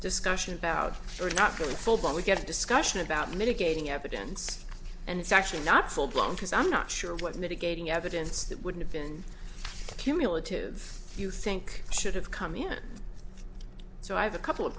discussion about her not going full but we get a discussion about mitigating evidence and it's actually not full blown because i'm not sure what mitigating evidence that would have been cumulative you think should have come in so i have a couple of